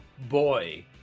boy